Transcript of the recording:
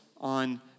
on